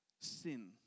sin